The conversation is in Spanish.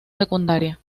secundaria